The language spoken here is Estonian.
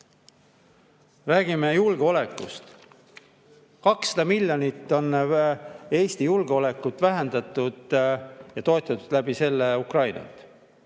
julgeolekust. 200 miljoni ulatuses on Eesti julgeolekut vähendatud ja toetatud läbi selle Ukrainat.